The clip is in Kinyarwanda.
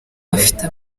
bafite